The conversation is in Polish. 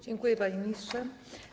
Dziękuję, panie ministrze.